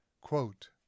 Quote